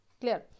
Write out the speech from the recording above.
clear